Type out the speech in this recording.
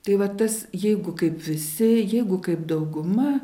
tai vat tas jeigu kaip visi jeigu kaip dauguma